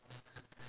ya